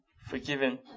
forgiven